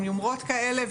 עם יומרות כאלה,